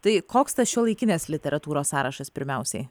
tai koks tas šiuolaikinės literatūros sąrašas pirmiausiai